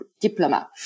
Diploma